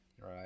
Right